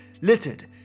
littered